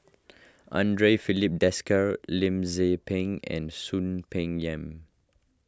andre Filipe Desker Lim Tze Peng and Soon Peng Yam